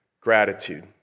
gratitude